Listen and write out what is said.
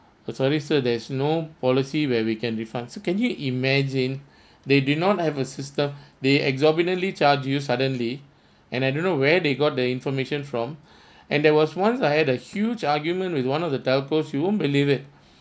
oh sorry sir there's no policy where we can refund so can you imagine they did not have a system they exorbitantly charge you suddenly and I don't know where they got the information from and there was once I had a huge argument with one of the telcos you won't believe it